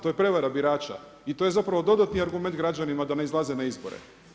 To je prevara birača i to je zapravo dodatni argument građanima da ne izlaze na izbore.